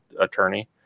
attorney